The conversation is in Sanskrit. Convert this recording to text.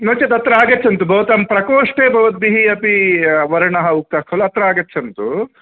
नोचेत् अत्र आगच्छन्तु भवतां प्रकोष्ठे भवद्भिः अपि वर्णम् उक्तं खलु अत्र आगच्छन्तु